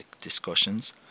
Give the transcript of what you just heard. discussions